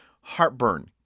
heartburn